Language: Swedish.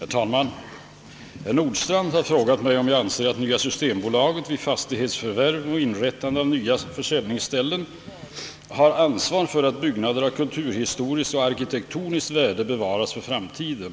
Herr talman! Herr Nordstrandh har frågat mig om jag anser, att Nya Systemaktiebolaget vid fastighetsförvärv och inrättande av nya försäljningsställen har ansvar för att byggnader av kulturhistoriskt och arkitektoniskt värde bevaras för framtiden,